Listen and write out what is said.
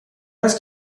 است